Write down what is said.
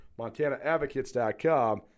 MontanaAdvocates.com